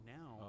now